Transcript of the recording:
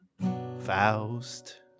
Faust